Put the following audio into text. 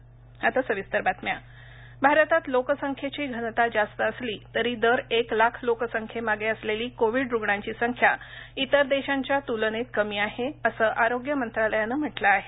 Covid भारतात लोकसंख्येची घनता जास्त असली तरी दर एक लाख लोकसंख्ये मागे असलेली कोविड रुग्णांची संख्या इतर देशांच्या तुलनेत कमी आहे असं आरोग्य मंत्रालयानं म्हटलं आहे